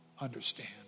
understand